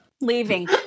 Leaving